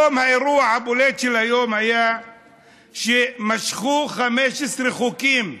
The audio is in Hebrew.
האירוע הבולט של היום היה שמשכו 15 חוקים מסדר-היום.